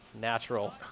natural